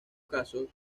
casos